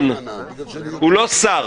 לא מוכן בצורה הזאת.